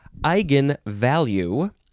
eigenvalue